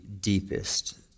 deepest